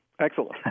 Excellent